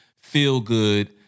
feel-good